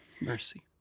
Mercy